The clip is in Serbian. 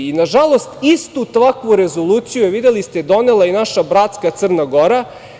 Nažalost, istu takvu rezoluciju je, videli ste, donela i naša bratska Crna Gora.